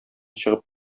чыгып